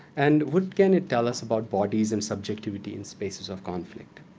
and what can it tell us about bodies and subjectivity in spaces of conflict?